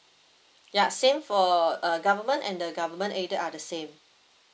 yeah same for uh government and the government aided are the same